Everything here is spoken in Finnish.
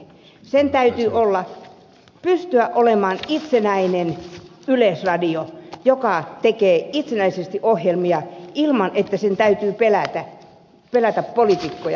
sen täytyy pystyä olemaan itsenäinen yleisradio joka tekee itsenäisesti ohjelmia ilman että sen täytyy pelätä poliitikkoja